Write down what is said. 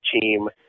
team